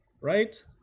right